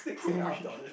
we